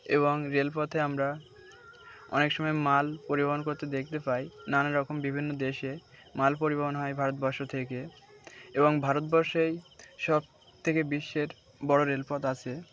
এবং রেলপথে আমরা অনেক সময় মাল পরিবহন করতে দেখতে পাই নানা রকম বিভিন্ন দেশে মাল পরিবহন হয় ভারতবর্ষ থেকে এবং ভারতবর্ষেই সব থেকে বিশ্বের বড়ো রেলপথ আসে